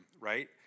right